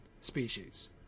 species